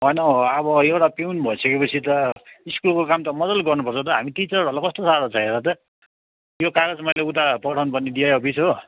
हैन हौ अब एउटा पिउन भइसकेपछि त स्कुलको काम त मजाले गर्नुपर्छ त हौ हामी टिचरहरूलाई कस्तो गाह्रो छ हेर त यो कागज मैले उता पठाउनु पर्ने डिआई अफिस हो